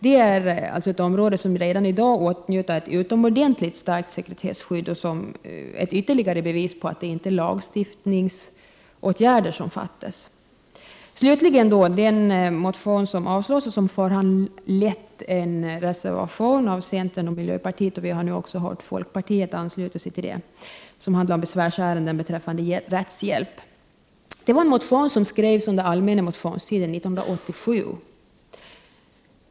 Detta är ett område som redan i dag åtnjuter ett utomordentligt starkt sekretesskydd och som kan tjäna som exempel på att det inte är lagstiftning som saknas. Slutligen vill jag ta upp den motion som avstyrks och som föranlett en reservation av centern och miljöpartiet. Vi har nu hört att folkpartiet anslutit sig till den reservationen. Motionen handlar om besvär i rättshjälpsärenden. Motionen skrevs under allmänna motionstiden 1987.